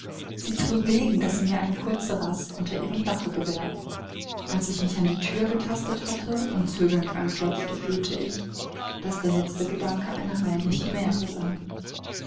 sie zu bewegen daß sie mir eine kurze rast unter ihrem dache gewährten als ich mich an die thür getastet hatte und zögernd anklopfte fühlte ich daß der letzte gedanke eine reine chimäre sei